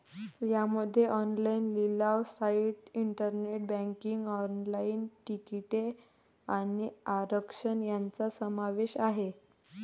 यामध्ये ऑनलाइन लिलाव site, internet banking, online तिकिटे आणि आरक्षण यांचा समावेश आहे